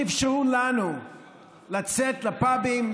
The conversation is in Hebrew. שאפשרו לנו לצאת לפאבים,